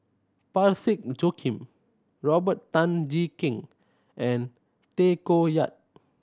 Parsick Joaquim Robert Tan Jee Keng and Tay Koh Yat